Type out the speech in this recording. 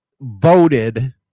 voted